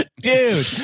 dude